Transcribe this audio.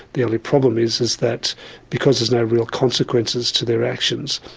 the only problem is is that because there's no real consequences to their actions,